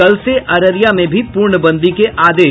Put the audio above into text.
कल से अररिया में भी पूर्णबंदी के आदेश